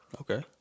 Okay